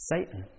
Satan